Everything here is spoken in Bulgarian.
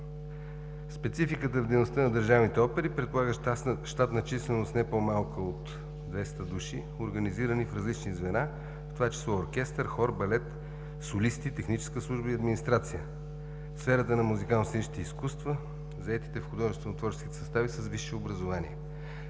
дейността на държавните опери, предполагаща щатна численост не по-малка от 200 души, организирани в различни звена, в това число оркестър, хор, балет, солисти, техническа служба и администрация в сферата на музикално-сценичните изкуства, заетите в художествено-творческите състави с висше образование.